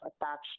attached